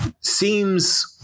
seems